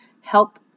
help